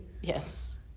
Yes